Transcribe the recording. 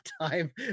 time